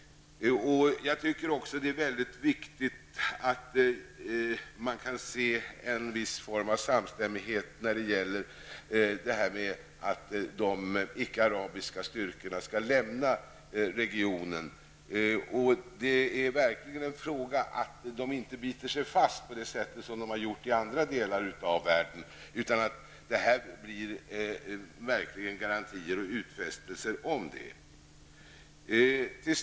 Det är också viktigt att se att det finns en viss form av samstämmighet när det gäller att de icke-arabiska styrkorna skall lämna regionen. De skall inte få bita sig fast på det sätt som har hänt i andra delar av världen. Det skall här verkligen bli garantier och utfästelser om att de skall lämna regionen.